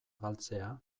galtzea